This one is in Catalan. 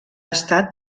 estat